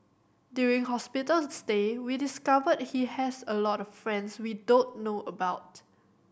during hospital stay we discovered he has a lot of friends we don't know about